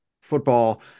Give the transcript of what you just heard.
football